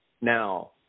Now